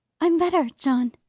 i'm better, john,